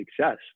success